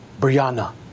Brianna